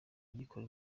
igikoma